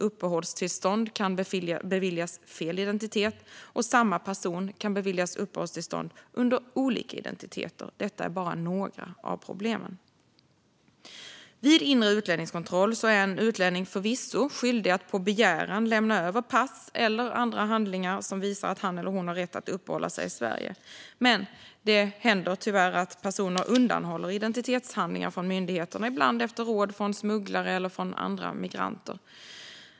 Uppehållstillstånd kan beviljas en person med fel identitet, och samma person kan beviljas uppehållstillstånd under olika identiteter. Detta är bara några av problemen. Vid inre utlänningskontroll är en utlänning förvisso skyldig att på begäran lämna över pass eller andra handlingar som visar att han eller hon har rätt att uppehålla sig i Sverige. Men det händer tyvärr att personer undanhåller identitetshandlingar från myndigheterna, ibland efter råd från smugglare eller från andra migranter.